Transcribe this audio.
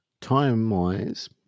time-wise